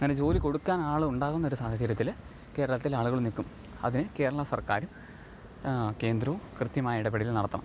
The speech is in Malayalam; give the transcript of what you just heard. അങ്ങനെ ജോലി കൊടുക്കാൻ ആളുണ്ടാകുന്നൊരു സാഹചര്യത്തിൽ കേരളത്തിലെ ആളുകളും നിൽക്കും അതിന് കേരള സർക്കാരും കേന്ദ്രവും ക്യത്യമായി ഇടപെടൽ നടത്തണം